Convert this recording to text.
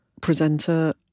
presenter